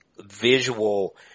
visual